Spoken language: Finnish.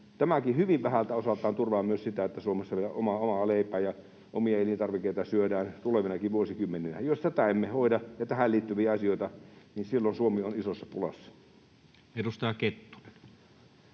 tämäkin hyvin vähältä osaltaan turvaa myös sitä, että Suomessa vielä omaa leipää ja omia elintarvikkeita syödään tulevinakin vuosikymmeninä. Jos tätä emme hoida ja tähän liittyviä asioita, niin silloin Suomi on isossa pulassa. [Speech